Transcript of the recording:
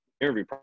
interview